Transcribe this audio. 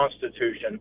Constitution